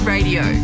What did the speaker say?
Radio